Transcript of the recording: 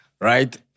Right